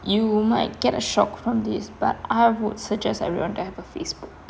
you might get a shock from this but I would suggest everyone to have a facebook